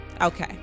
Okay